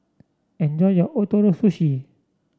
enjoy your Ootoro Sushi